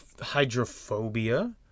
hydrophobia